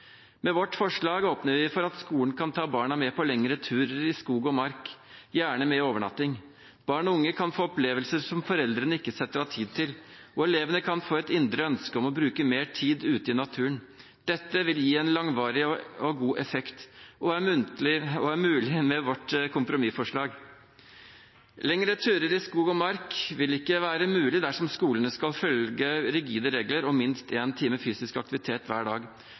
Med vårt forslag åpner vi for at skolen kan ta barna med på lengre turer i skog og mark, gjerne med overnatting. Barn og unge kan få opplevelser som foreldrene ikke setter av tid til, og elevene kan få et indre ønske om å bruke mer tid ute i naturen. Dette vil gi en langvarig og god effekt og er mulig med vårt kompromissforslag. Lengre turer i skog og mark vil ikke være mulig dersom skolene skal følge rigide regler om minst én time fysisk aktivitet hver dag.